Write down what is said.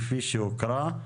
כפי שהוקרא,